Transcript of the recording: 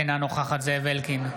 אינה נוכחת זאב אלקין,